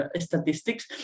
statistics